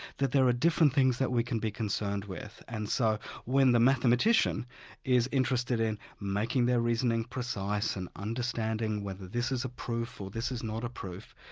that there are different things that we can be concerned with, and so when the mathematician is interested in making their reasoning precise, and understanding whether this is a proof or this is not a proof,